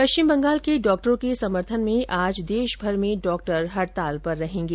पश्चिम बंगाल के डॉक्टरों के समर्थन में आज देशभर में डॉक्टर हड़ताल पर रहेंगे